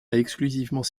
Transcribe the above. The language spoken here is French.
exclusivement